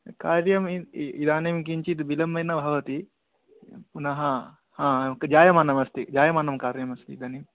कार्यं इदानीं किञ्चिद् बिलम्बेन भवति पुनः जायमानमस्ति जायमानं कार्यमस्ति इदानीं